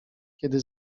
kiedy